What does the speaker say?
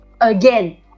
again